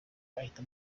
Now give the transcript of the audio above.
ahita